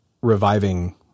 reviving